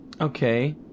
Okay